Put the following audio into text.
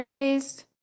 raised